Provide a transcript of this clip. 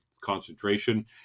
concentration